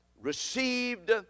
received